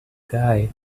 guy